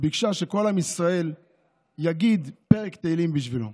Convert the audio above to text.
ביקשה שכל עם ישראל יגיד פרק תהילים בשבילו,